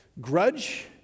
grudge